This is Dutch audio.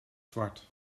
zwart